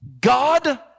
God